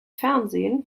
fernsehen